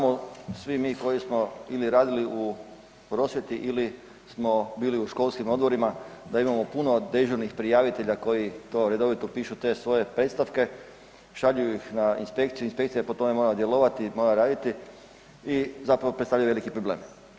Poštovani ministre, znamo svi mi koji smo ili radili u prosvjeti ili smo bili u školskim odborima da imamo puno dežurnih prijavitelja koji to redovito pišu te svoje predstavke, šalju ih na inspekciju, inspekcija po tome mora djelovati, mora raditi i zapravo predstavljaju veliki problem.